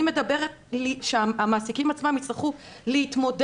אני מדברת על כך שהמעסיקים עצמם יצטרכו להתמודד